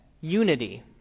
unity